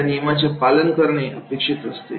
त्या नियमांचे पालन करणे अपेक्षित असते